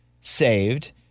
saved